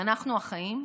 ואנחנו החיים,